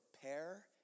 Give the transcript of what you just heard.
prepare